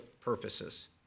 purposes